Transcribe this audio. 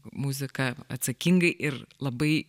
muziką atsakingai ir labai